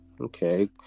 Okay